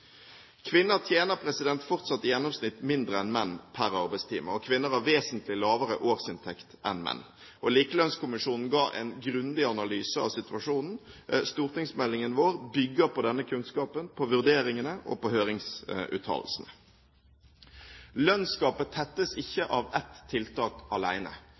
Kvinner tjener fortsatt i gjennomsnitt mindre enn menn per arbeidstime. Og kvinner har vesentlig lavere årsinntekt enn menn. Likelønnskommisjonen ga en grundig analyse av situasjonen. Stortingsmeldingen vår bygger på denne kunnskapen, på vurderingene og på høringsuttalelsene. Lønnsgapet tettes ikke av ett tiltak